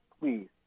please